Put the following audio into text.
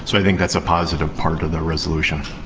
so i think that's a positive part of the resolution.